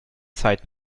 zeit